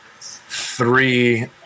three